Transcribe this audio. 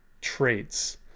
traits